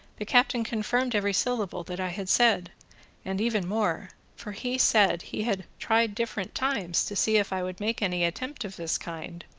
the captain confirmed every syllable that i had said and even more for he said he had tried different times to see if i would make any attempt of this kind,